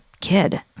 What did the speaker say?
kid